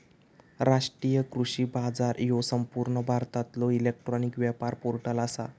राष्ट्रीय कृषी बाजार ह्यो संपूर्ण भारतातलो इलेक्ट्रॉनिक व्यापार पोर्टल आसा